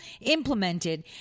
implemented